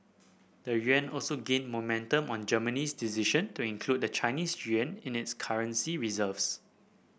the yuan also gained momentum on Germany's decision to include the Chinese yuan in its currency reserves